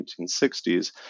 1960s